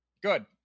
good